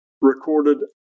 recorded